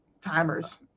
timers